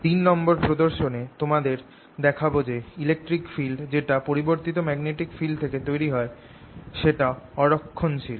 তিন নম্বর প্রদর্শনে তোমাদের দেখাবো যে ইলেকট্রিক ফিল্ড যেটা পরিবর্তিত ম্যাগনেটিক ফিল্ড থেকে তৈরি হয় সেটা অ রক্ষণশীল